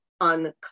on